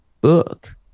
book